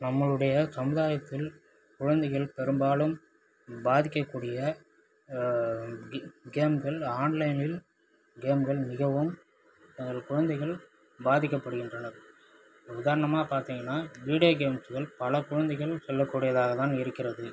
நம்மளுடைய சமுதாயத்தில் குழந்தைகள் பெரும்பாலும் பாதிக்க கூடிய கேம்கள் ஆன்லைனில் கேம்கள் மிகவும் குழந்தைகள் பாதிக்க படுகின்றனர் உதாரணமா பார்த்தீங்னா வீடியோ கேம்ஸ்கள் பல குழந்தைகள் சொல்லக் கூடியனதாக தான் உள்ளது